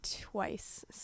Twice